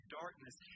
darkness